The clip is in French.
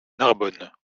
narbonne